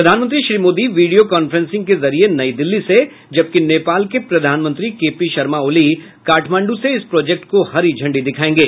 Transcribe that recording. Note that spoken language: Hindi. प्रधानमंत्री श्री मोदी वीडियो कांफ्रेंसिंग के जरिये नई दिल्ली से जबकि नेपाल के प्रधानमंत्री के पी शर्मा ओली काठमांडू से इस प्रोजेक्ट को हरी झंडी दिखायेंगे